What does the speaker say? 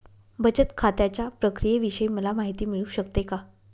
बचत खात्याच्या प्रक्रियेविषयी मला माहिती मिळू शकते का?